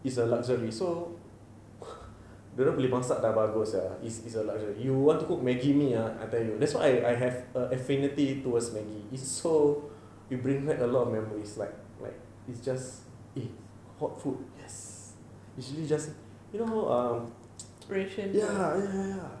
it's a luxury so dia orang boleh masak sudah bagus sia you want to cook maggi mee ah I tell you that's why I have a affinity towards maggi it's so you bring back a lot of memories like like it's just eh hot food yes usually just you know how err ya ya